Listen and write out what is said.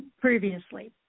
previously